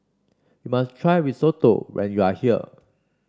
you must try Risotto when you are here